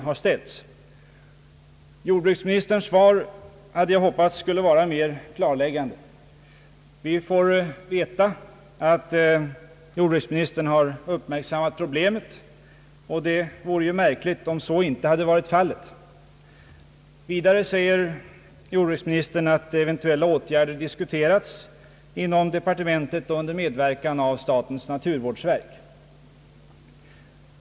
Jag hade hoppats att jordbruksministerns svar skulle vara mer klarläggande. Vi får veta att jordbruksministern har uppmärksammat problemet; och det vore ju märkligt om så inte hade varit fallet. Vidare säger jordbruksministern att eventuella åtgärder diskuteras inom departementet och under medverkan av statens naturvårdsverk.